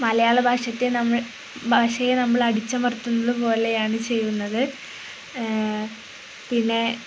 മലയാള ഭാഷയെ നമ്മൾ അടിച്ചമര്ത്തുന്നത് പോലെയാണ് ചെയ്യുന്നത് പിന്നെ